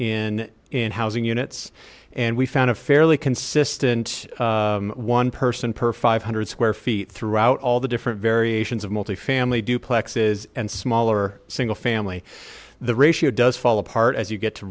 in in housing units and we found a fairly consistent one person per five hundred square feet throughout all the different variations of multifamily duplexes and smaller single family the ratio does fall apart as you get to